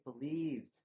believed